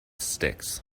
sticks